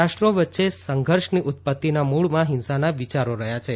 રાષ્ટ્રો વચ્ચે સંઘર્ષની ઉત્પત્તીના મૂળમાં હિંસાના વિચારો રહ્યા છે